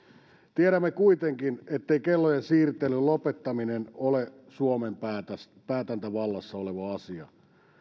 tiedämme kuitenkin ettei kellojen siirtelyn lopettaminen ole suomen päätäntävallassa oleva asia